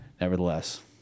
nevertheless